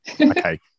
okay